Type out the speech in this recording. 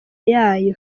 yayo